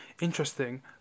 interesting